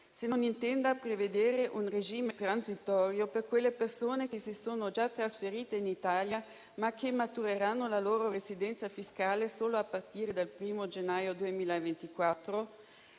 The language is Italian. se non intenda prevedere un regime transitorio per quelle persone che si sono già trasferite in Italia, ma che matureranno la loro residenza fiscale solo a partire dal 1° gennaio 2024;